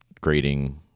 grading